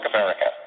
America